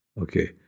okay